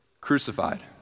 crucified